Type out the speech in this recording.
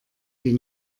die